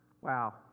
wow